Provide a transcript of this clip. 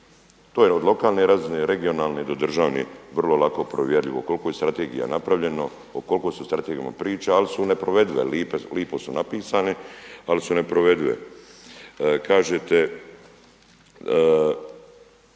To je od lokalne razine, regionalne do države vrlo lako provjerljivo koliko je strategija napravljeno, koliko se o strategijama priča ali su neprovedive, lipo su napisane ali su neprovedive. Kažete,